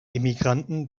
emigranten